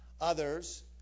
Others